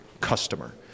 customer